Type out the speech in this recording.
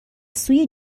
سوی